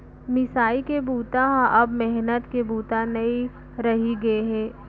मिसाई के बूता ह अब मेहनत के बूता नइ रहि गे हे